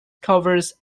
covers